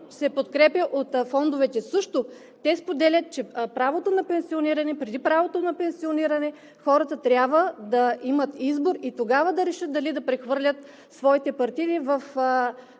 се подкрепя от фондовете. Те също споделят, че преди правото на пенсиониране хората трябва да имат избор и тогава да решат дали да прехвърлят своите партиди в